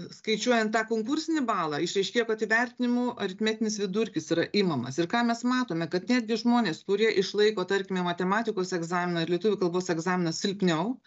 skaičiuojant tą konkursinį balą išaiškėjo kad įvertinimų aritmetinis vidurkis yra imamas ir ką mes matome kad netgi žmonės kurie išlaiko tarkime matematikos egzaminą lietuvių kalbos egzaminą silpniau